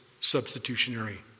substitutionary